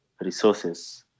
resources